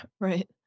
Right